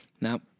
Now